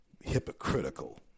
hypocritical